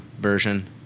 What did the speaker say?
version